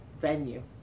venue